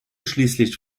schließlich